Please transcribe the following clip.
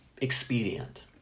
expedient